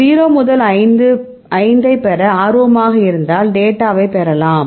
0 முதல் 5 ஐப் பெற ஆர்வமாக இருந்தால் டேட்டாவைப் பெறலாம்